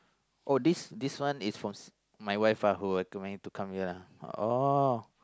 oh this this one is from my wife ah who come yeah oh